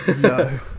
no